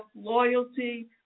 loyalty